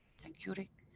thank you rick.